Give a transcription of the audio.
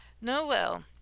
Noel